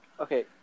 Okay